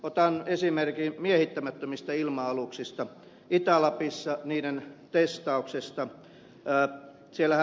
otan esimerkin miehittämättömistä ilma aluksista niiden testauksesta itä lapissa